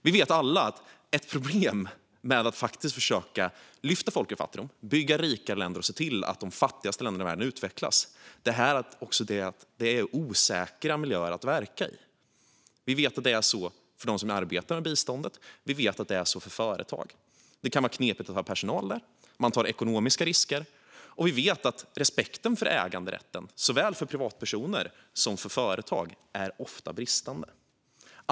Vi vet alla att ett problem när det gäller att försöka lyfta folk ur fattigdom, bygga rikare länder och se till att de fattigaste länderna i världen utvecklas är att det är osäkra miljöer att verka i. Vi vet att det är så för dem som arbetar med biståndet, och vi vet att det är så för företag. Det kan vara knepigt att ha personal där. Man tar ekonomiska risker. Och vi vet att respekten för äganderätten, för privatpersoner såväl som för företag, ofta brister.